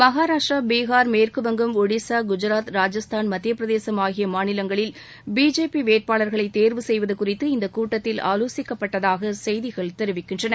மகாராஷ்டிரா பீகார் மேற்குவங்கம் ஒடிசா குஜராத் ராஜஸ்தான் மத்தியப்பிரதேசம் ஆகிய மாநிலங்களில் பி ஜே பி வேட்பாளர்களை தேர்வு செய்வது குறித்து இந்த கூட்டத்தில் ஆலோசிக்கப்பட்டதாக செய்திகள் தெரிவிக்கின்றன